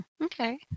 Okay